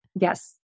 Yes